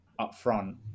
upfront